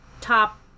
Top